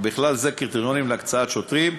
ובכלל זה הקריטריונים להקצאת שוטרים,